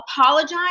apologize